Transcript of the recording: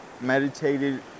meditated